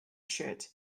should